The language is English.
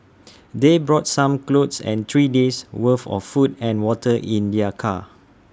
they brought some clothes and three days' worth of food and water in their car